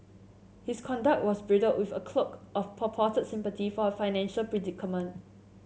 his conduct was bridled with a cloak of purported sympathy for her financial predicament